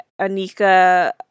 Anika